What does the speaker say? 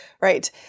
Right